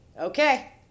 Okay